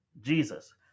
Jesus